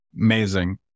Amazing